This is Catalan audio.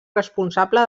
responsable